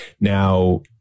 Now